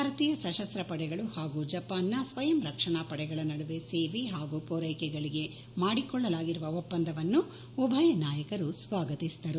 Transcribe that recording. ಭಾರತೀಯ ಸಶಸ್ತ್ರ ಪಡೆಗಳು ಹಾಗೂ ಜಪಾನ್ನ ಸ್ವಯಂ ರಕ್ಷಣಾ ಪಡೆಗಳ ನದುವೆ ಸೇವೆ ಹಾಗೂ ಪೂರೈಕೆಗಳಿಗೆ ಮಾಡಿಕೊಳ್ಳಲಾಗಿರುವ ಒಪ್ಪಂದವನ್ನು ಉಭಯ ನಾಯಕರು ಸ್ನಾಗತಿಸಿದರು